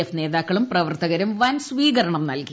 F നേതാക്കളും പ്രവർത്തകരും വൻ സ്വീകരണം നൽകി